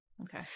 Okay